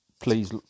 Please